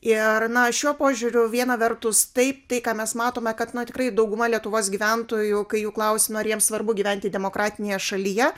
ir na šiuo požiūriu viena vertus taip tai ką mes matome kad na tikrai dauguma lietuvos gyventojų kai jų klausi nu ar jiems svarbu gyventi demokratinėje šalyje